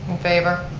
favor.